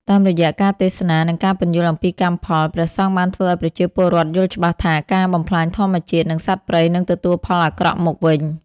តាមរយៈការទេសនា និងការពន្យល់អំពីកម្មផល ព្រះសង្ឃបានធ្វើឱ្យប្រជាពលរដ្ឋយល់ច្បាស់ថា ការបំផ្លាញធម្មជាតិ និងសត្វព្រៃនឹងទទួលផលអាក្រក់មកវិញ។